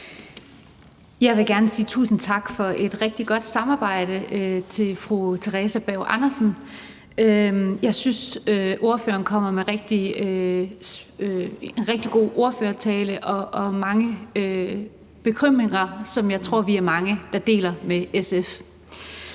Jeg vil gerne sige tusind tak til fru Theresa Berg Andersen for et rigtig godt samarbejde. Jeg synes, ordføreren kommer med en rigtig god ordførertale og mange bekymringer, som jeg tror vi er mange der deler med SF.